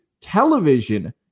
television